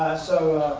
so,